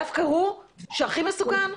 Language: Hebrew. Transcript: דווקא הוא, שהכי מסוכן?